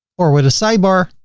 or with a sidebar.